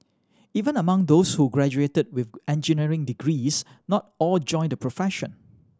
even among those who graduated with engineering degrees not all joined the profession